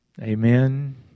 Amen